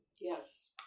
Yes